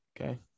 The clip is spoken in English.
Okay